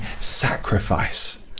sacrifice